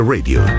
Radio